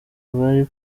bari